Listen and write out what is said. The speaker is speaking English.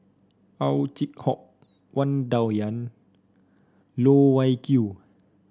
Ow Chin Hock Wang Dayuan Loh Wai Kiew